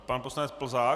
Pan poslanec Plzák.